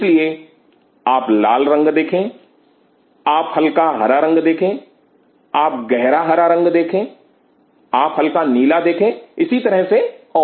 इसलिए आप लाल देखें आप हल्का हरा देखें आप गहरा हरा देखें आप हल्का नीला देखें इसी तरह से और